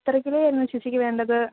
എത്ര കിലോ ആയിരുന്നു ചേച്ചിക്കു വേണ്ടത്